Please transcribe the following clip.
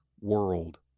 world